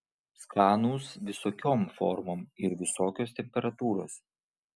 skanūs visokiom formom ir visokios temperatūros